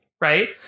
right